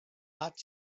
ought